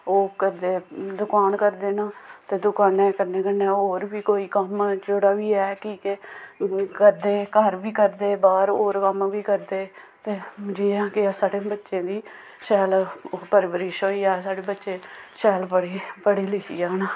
ओह् करदे दकान करदे न ते दकानै कन्नै कन्नै होर बी कोई कम्म जेह्ड़ा बी ऐ की के करदे घर बी करदे बाह्र होर कम्म बी करदे ते जि'यां कि साढ़े बच्चें दी शैल परवरिश होई जा साढ़े बच्चे शैल पढ़ी पढ़ी लिखी जाना